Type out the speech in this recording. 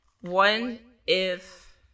one—if